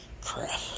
crap